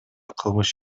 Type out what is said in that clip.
кылмыш